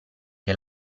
che